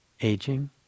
aging